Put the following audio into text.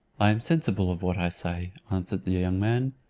i am sensible of what i say, answered the young man.